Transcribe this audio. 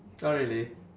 !huh! really